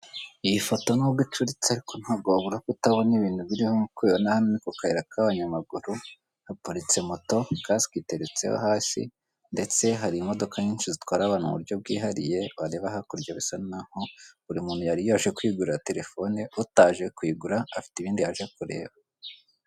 Iyi foto n'ubwo icuritse ariko nta wabura kutabona ibintu biriho nk'uko ubibona hano ni ku kayira k'abanyamaguru, haparitse moto kasike iteretseho hasi ndetse hari imodoka nyinshi zitwara abantu buryo bwihariye wareba hakurya bisa n'aho buri muntu yari yaje kwigurira telefone utaje kuyigura afite ibindi yaje kureba.